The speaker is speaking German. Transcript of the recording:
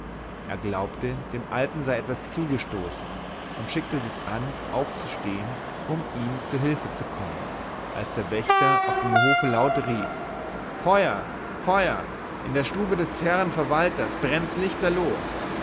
er glaubte dem alten sei etwas zugestoßen und schickte sich an aufzustehen um ihm zu hülfe zu kommen als der wächter auf dem hofe laut rief feuer feuer in der stube des herrn verwalters brennt's lichterloh